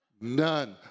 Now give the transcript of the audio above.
None